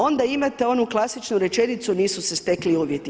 Onda imate onu klasičnu rečenicu nisu se stekli uvjeti.